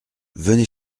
venez